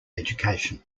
education